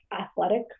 athletic